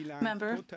member